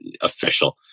official